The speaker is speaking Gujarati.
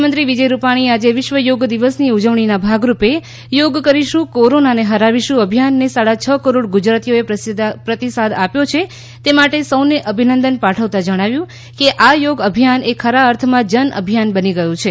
મુખ્યમંત્રી વિજય રૂપાણી આજે વિશ્વ યોગ દિવસની ઉજવણીના ભાગરૂપે યોગ કરીશું કોરોનાને હરાવીશું અભિયાનને સાડા છ કરોડ ગુજરાતીઓએ પ્રતિસાદ આપ્યો છે તે માટે સૌને અભિનંદન પાઠવતા જણાવ્યું કે આ યોગ અભિયાન એ ખરા અર્થમાં જન અભિયાન બની ગયું છે